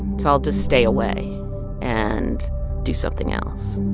so i'll just stay away and do something else